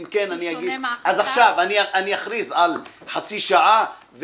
עכשיו אכריז על חצי שעה,